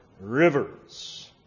rivers